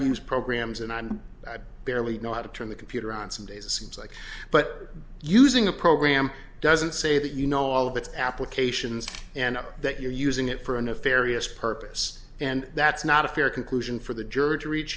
use programs and i had barely know how to turn the computer on some days it's like but using a program doesn't say that you know all of its applications and that you're using it for a nefarious purpose and that's not a fair conclusion for the jury to reach